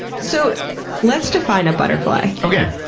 so let's define a butterfly. okay.